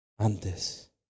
antes